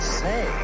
say